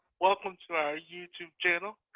welcome to our youtube channel.